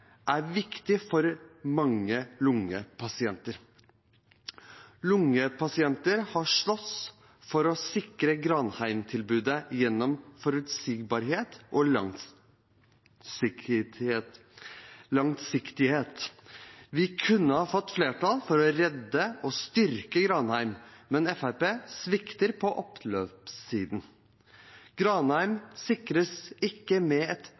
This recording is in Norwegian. er viktig for mange lungepasienter. Lungepasienter har slåss for å sikre Granheim-tilbudet gjennom forutsigbarhet og langsiktighet. Vi kunne ha fått flertall for å redde og styrke Granheim, men Fremskrittspartiet svikter på oppløpssiden. Granheim sikres ikke med et stortingsvedtak, sa Fremskrittspartiets Kari Kjønaas Kjos. Jo, Granheim kan sikres ved et